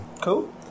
Cool